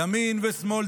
ימין ושמאל,